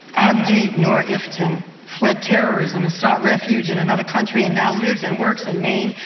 abdi nor iftin fled terrorism, and sought refuge in another country and now lives and works in maine,